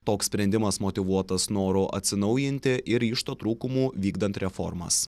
toks sprendimas motyvuotas noru atsinaujinti ir ryžto trūkumu vykdant reformas